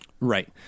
Right